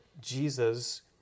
Jesus